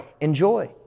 enjoy